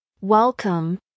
Welcome